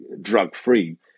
drug-free